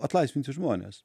atlaisvinti žmones